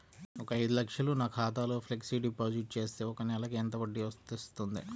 ఒక ఐదు లక్షలు నా ఖాతాలో ఫ్లెక్సీ డిపాజిట్ చేస్తే ఒక నెలకి ఎంత వడ్డీ వర్తిస్తుంది?